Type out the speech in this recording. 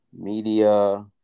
media